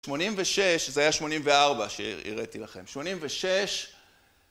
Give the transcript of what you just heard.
86, זה היה 84 שהראיתי לכם, 86